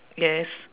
yes